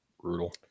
Brutal